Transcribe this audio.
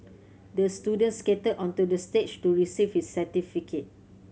the student skated onto the stage to receive his certificate